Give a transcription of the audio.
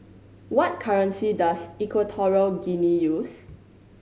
what currency does Equatorial Guinea use